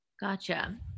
Gotcha